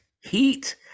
Heat